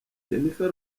jennifer